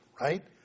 Right